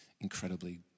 incredibly